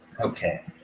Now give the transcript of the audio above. Okay